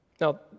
Now